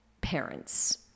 parents